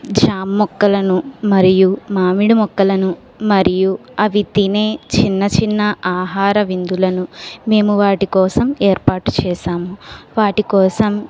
జామ మొక్కలను మరియు మామిడి మొక్కలను మరియు అవి తినే చిన్నచిన్న ఆహార విందులను మేము వాటి కోసం ఏర్పాటు చేశాము వాటి కోసం